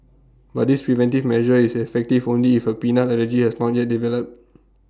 but this preventive measure is effective only if A peanut allergy has not yet developed